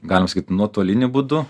galima sakyt nuotoliniu būdu